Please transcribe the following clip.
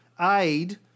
aid